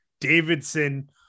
Davidson